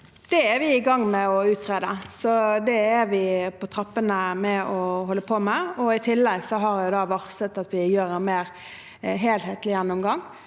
Det er vi i gang med å utrede, så det er vi på trappen med og holder på med. I tillegg har jeg varslet at vi gjør en mer helhetlig gjennomgang